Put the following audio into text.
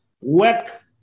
work